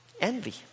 envy